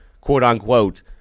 quote-unquote